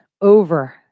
over